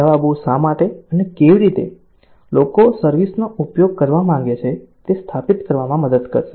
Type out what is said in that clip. જવાબો શા માટે અને કેવી રીતે લોકો સર્વિસ નો ઉપયોગ કરવા માગે છે તે સ્થાપિત કરવામાં મદદ કરશે